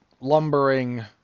lumbering